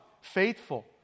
faithful